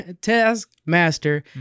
Taskmaster